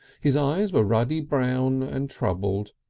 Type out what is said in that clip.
his eyes were ruddy brown and troubled,